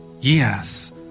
Yes